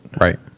right